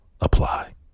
apply